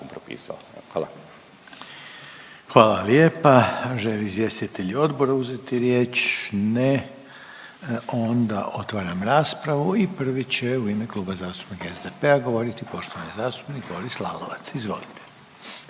(HDZ)** Hvala lijepa. Žele li izvjestitelji odbora uzeti riječ? Ne, onda otvaram raspravu i prvi će u ime Kluba zastupnika SDP-a govoriti poštovani zastupnik Boris Lalovac. Izvolite.